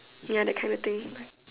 ya that kind of thing